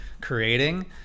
creating